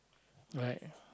right